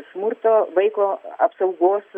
smurto vaiko apsaugos